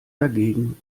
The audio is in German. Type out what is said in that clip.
dagegen